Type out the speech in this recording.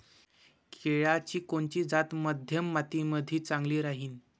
केळाची कोनची जात मध्यम मातीमंदी चांगली राहिन?